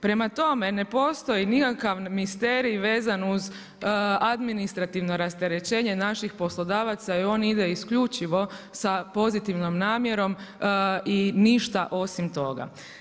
Prema tome ne postoji nikakav misterij vezan uz administrativno rasterećenje naših poslodavaca i on ide isključivo sa pozitivnom namjerom i ništa osim toga.